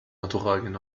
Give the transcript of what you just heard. naturalien